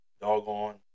doggone